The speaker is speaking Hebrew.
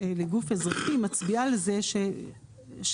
לגוף אזרחי מצביעה על זה שהם,